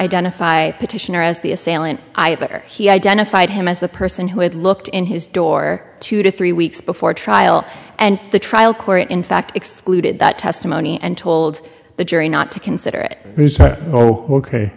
identify petitioner as the assailant either he identified him as the person who had looked in his door two to three weeks before trial and the trial court in fact excluded that testimony and told the jury not to consider it oh ok